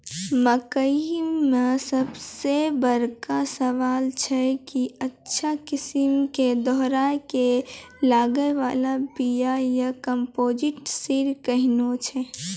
मकई मे सबसे बड़का सवाल छैय कि अच्छा किस्म के दोहराय के लागे वाला बिया या कम्पोजिट सीड कैहनो छैय?